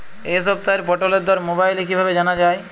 এই সপ্তাহের পটলের দর মোবাইলে কিভাবে জানা যায়?